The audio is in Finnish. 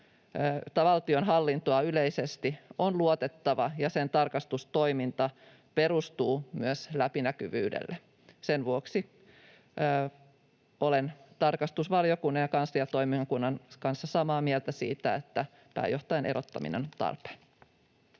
valtionhallintoa yleisesti, on luotettava ja sen tarkastustoiminta perustuu myös läpinäkyvyydelle. Sen vuoksi olen tarkastusvaliokunnan ja kansliatoimikunnan kanssa samaa mieltä siitä, että pääjohtajan erottaminen on tarpeen.